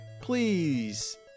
Please